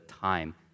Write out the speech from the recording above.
time